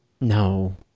No